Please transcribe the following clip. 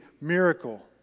miracle